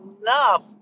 enough